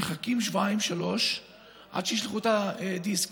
ומחכים שבועיים-שלושה עד שישלחו את הדיסק.